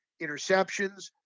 interceptions